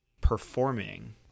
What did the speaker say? performing